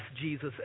Jesus